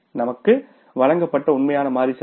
நமக்கு வழங்கப்பட்ட உண்மையான மாறி செலவு